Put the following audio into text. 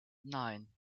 nine